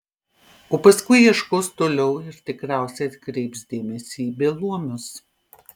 o paskui ieškos toliau ir tikriausiai atkreips dėmesį į beluomius